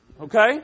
Okay